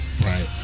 Right